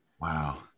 wow